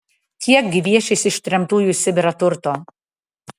kiek gviešėsi ištremtųjų į sibirą turto